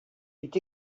est